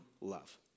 love